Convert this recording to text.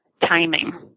timing